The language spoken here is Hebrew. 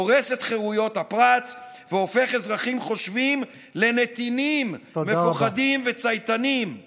הורס את חירויות הפרט והופך אזרחים חושבים לנתינים מפוחדים וצייתנים.